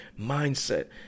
mindset